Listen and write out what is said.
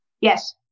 Yes